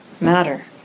matter